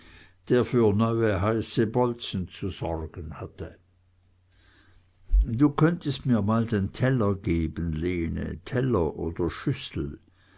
der für neue heiße bolzen zu sorgen hatte du könntest mir mal nen teller geben lene teller oder schüssel